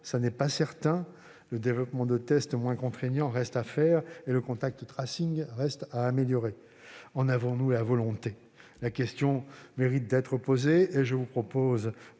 Ce n'est pas certain. Le développement de tests moins contraignants reste à faire et le reste à améliorer. En avons-nous la volonté ? La question mérite d'être posée. Je vous propose